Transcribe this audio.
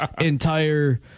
entire